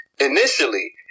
initially